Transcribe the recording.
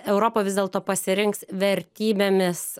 europa vis dėlto pasirinks vertybėmis